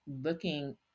looking